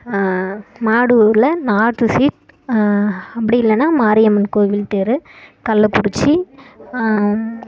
மாடூரில் north street அப்படி இல்லைன்னா மாரியம்மன் கோவில் தெரு கள்ளக்குறிச்சி